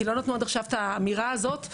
כי לא נתנו עד עכשיו את האמירה הזאת,